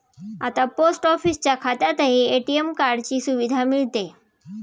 आता पोस्ट ऑफिसच्या खात्यातही ए.टी.एम कार्डाची सुविधा मिळते